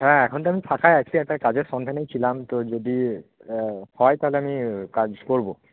হ্যাঁ এখন তো আমি ফাঁকাই আছি একটা কাজের সন্ধানেই ছিলাম তো যদি হ্যাঁ হয় তাহলে আমি কাজ করবো